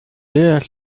sehr